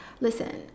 Listen